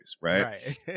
Right